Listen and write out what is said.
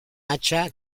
hacha